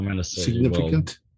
significant